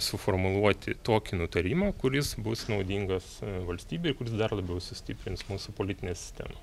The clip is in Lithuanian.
suformuluoti tokį nutarimą kuris bus naudingas valstybei kuris dar labiau sustiprins mūsų politinę sistemą